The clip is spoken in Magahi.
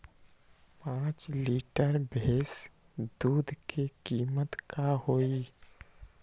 पाँच लीटर भेस दूध के कीमत का होई?